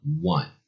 one